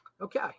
Okay